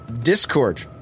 Discord